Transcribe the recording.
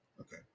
okay